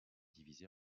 divisé